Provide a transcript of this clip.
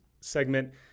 segment